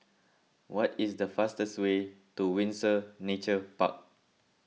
what is the fastest way to Windsor Nature Park